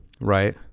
Right